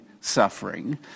suffering